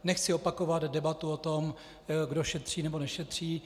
Nechci opakovat debatu o tom, kdo šetří, nebo nešetří.